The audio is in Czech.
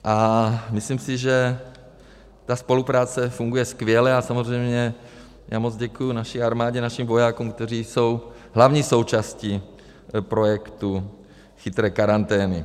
A myslím si, že ta spolupráce funguje skvěle, a samozřejmě já moc děkuji naší armádě, našim vojákům, kteří jsou hlavní součástí projektu chytré karantény.